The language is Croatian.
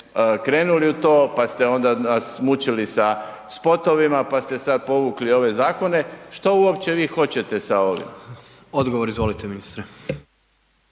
krenuli u to pa ste onda nas mučili sa spotovima pa ste sad povukli ove zakone, što uopće vi hoćete sa ovim? **Jandroković, Gordan